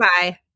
bye